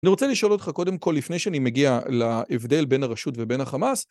אני רוצה לשאול אותך קודם כל, לפני שאני מגיע להבדל בין הרשות ובין החמאס